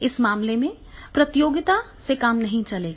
इस मामले में प्रतियोगिता से काम नहीं चलेगा